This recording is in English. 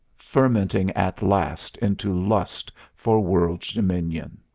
fermenting at last into lust for world dominion.